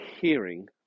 hearing